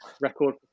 record